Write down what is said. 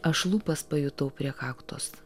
aš lūpas pajutau prie kaktos